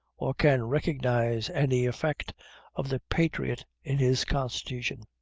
or can recognize any effect of the patriot in his constitution.